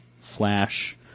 Flash